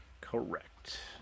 Correct